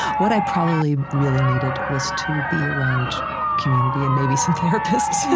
what i probably really needed was to be around community and, maybe, some therapists.